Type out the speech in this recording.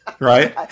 Right